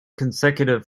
consecutive